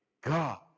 God